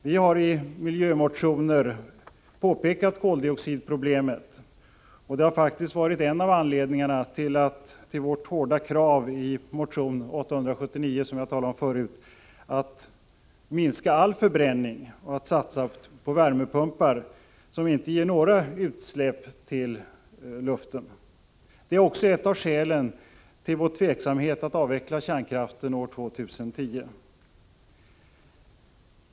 Vi har i miljömotioner pekat på koldioxidproblemet, och det har faktiskt varit en av anledningarna till vårt hårda krav i motion 879, som jag talade om tidigare, att man skall minska all förbränning och satsa på värmepumpar, som inte ger några utsläpp i luften. Det är också ett av skälen till vår tveksamhet att avveckla kärnkraften år 2010.